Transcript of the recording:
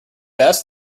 best